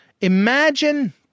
Imagine